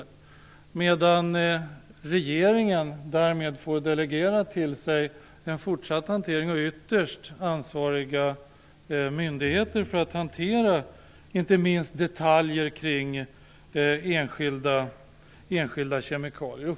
Därmed får regeringen och ytterst ansvariga myndigheter delegerat till sig den fortsatta hanteringen av inte minst detaljer kring enskilda kemikalier.